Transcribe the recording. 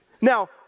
Now